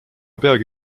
peagi